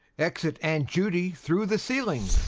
exit aunt judy through the ceiling